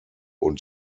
und